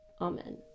Amen